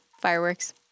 fireworks